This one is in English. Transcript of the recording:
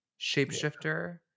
shapeshifter